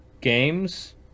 games